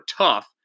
tough